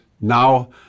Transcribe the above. now